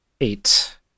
eight